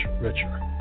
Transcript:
richer